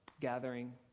gathering